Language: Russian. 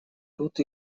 тут